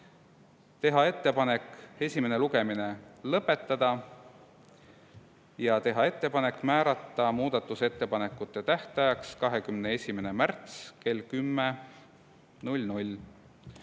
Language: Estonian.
teha ettepanek esimene lugemine lõpetada ja teha ettepanek määrata muudatusettepanekute tähtajaks 21. märts kell 10.